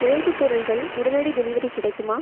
எழுதுபொருள்கள் உடனடி டெலிவரி கிடைக்குமா